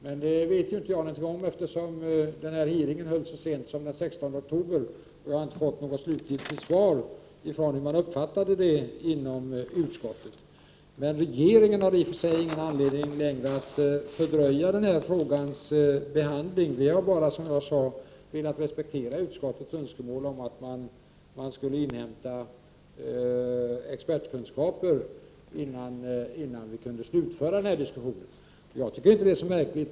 Men det vet jag ingenting om, eftersom denna utfrågning hölls så sent som den 16 oktober, och jag har inte fått något slutgiltigt svar från utskottet om hur man uppfattade den. Regeringen har i och för sig ingen anledning att fördröja den här frågans behandling. Vi har velat, som jag tidigare sade, respektera utskottets önskemål om att inhämta expertkunskaper, innan diskussionen kunde slutföras. Jag tycker inte detta är så märkligt.